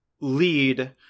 lead